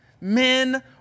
Men